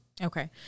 Okay